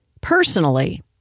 personally